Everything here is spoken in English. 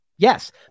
Yes